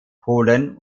polen